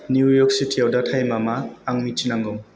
new York सिटिआव दा टाइमा मा आं मिन्थिनांगौ